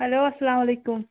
hello اَسلامُ عَلیکُم